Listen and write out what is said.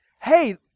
hey